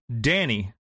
Danny